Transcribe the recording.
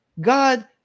God